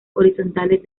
horizontales